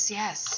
yes